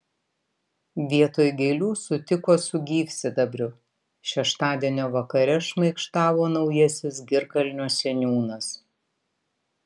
vietoj gėlių sutiko su gyvsidabriu šeštadienio vakare šmaikštavo naujasis girkalnio seniūnas